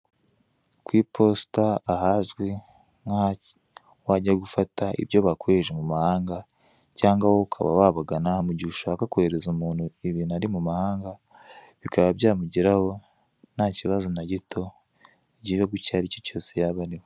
Ku iposita, ahazwi nk'aho wajya gufata ibyo bakoherereje mu mahanga cyangwa wowe ukaba wabagana mu gihe ushaka koherereza umuntu uri mu mahanga, bikaba byamugeraho nta kibazo na gito, igihugu cyose yaba arimo.